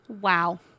Wow